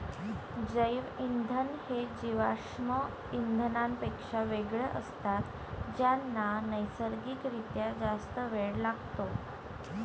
जैवइंधन हे जीवाश्म इंधनांपेक्षा वेगळे असतात ज्यांना नैसर्गिक रित्या जास्त वेळ लागतो